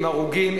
עם הרוגים,